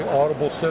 audible